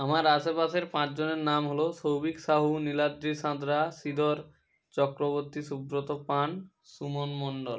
আমার আশেপাশের পাঁচজনের নাম হলো সৌভিক সাহু নীলাদ্রি সাঁতরা শ্রীধর চক্রবত্তী সুব্রত পান সুমন মন্ডল